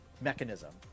mechanism